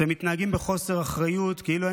אתם מתנהגים בחוסר אחריות כאילו אין